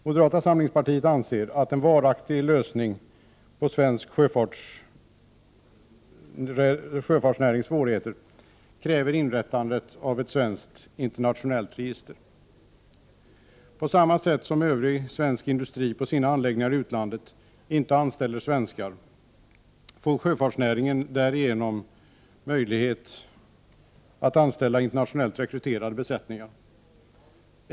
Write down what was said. Moderata samlingspartiet anser att en varaktig lösning på den svenska sjöfartsnäringens svårigheter kräver inrättandet av ett svenskt internationellt register. På samma sätt som övrig svensk industri vid sina anläggningar i utlandet inte anställer svenskar får sjöfartsnäringen därigenom möjlighet att anställa internationellt rekryterade besättningar.